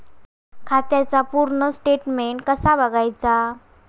खात्याचा पूर्ण स्टेटमेट कसा बगायचा?